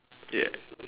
yeah